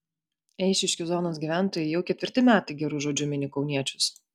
eišiškių zonos gyventojai jau ketvirti metai geru žodžiu mini kauniečius